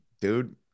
Dude